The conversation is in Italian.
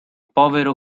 povero